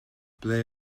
ble